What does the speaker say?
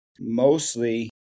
mostly